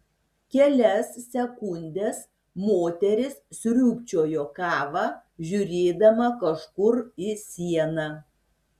kelias sekundes moteris sriūbčiojo kavą žiūrėdama kažkur į sieną